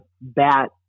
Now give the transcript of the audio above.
bat